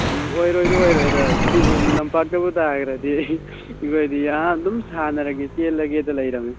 ꯑꯣꯏꯔꯣꯏꯗ ꯑꯣꯏꯔꯣꯏꯗ ꯐꯤꯜ ꯂꯝꯄꯥꯛꯇꯕꯨ ꯇꯥꯈ꯭ꯔꯗꯤ ꯑꯩꯈꯣꯏꯗꯤ ꯌꯥꯝ ꯑꯗꯨꯝ ꯁꯥꯟꯅꯔꯒꯦ ꯆꯦꯜꯂꯒꯗꯦ ꯂꯩꯔꯃꯤ